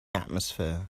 atmosphere